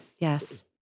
Yes